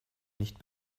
nicht